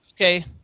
Okay